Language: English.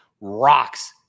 rocks